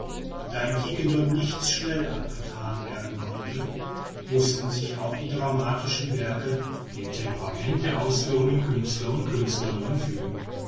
in quiquendone nichts schnell abgethan werden konnte mußten sich auch die dramatischen werke dem temperament der ausführenden künstler und künstlerinnen fügen